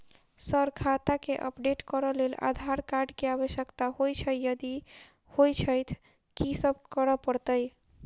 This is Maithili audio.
सर खाता केँ अपडेट करऽ लेल आधार कार्ड केँ आवश्यकता होइ छैय यदि होइ छैथ की सब करैपरतैय?